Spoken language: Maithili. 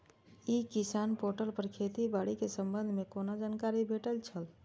ई किसान पोर्टल पर खेती बाड़ी के संबंध में कोना जानकारी भेटय छल?